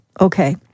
Okay